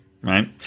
right